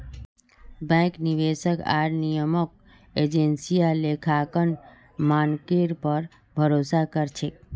bank, निवेशक आर नियामक एजेंसियां लेखांकन मानकेर पर भरोसा कर छेक